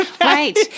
right